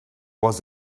was